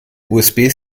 usb